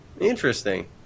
Interesting